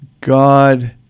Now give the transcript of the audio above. God